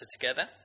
together